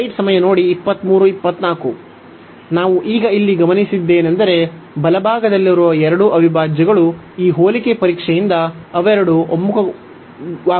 ನಾವು ಈಗ ಇಲ್ಲಿ ಗಮನಿಸಿದ್ದೇನೆಂದರೆ ಬಲಭಾಗದಲ್ಲಿರುವ ಎರಡೂ ಅವಿಭಾಜ್ಯಗಳು ಈ ಹೋಲಿಕೆ ಪರೀಕ್ಷೆಯಿಂದ ಅವೆರಡೂ ಒಮ್ಮುಖವಾಗುತ್ತವೆ